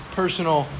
personal